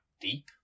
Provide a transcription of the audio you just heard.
deep